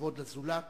לכבוד הזולת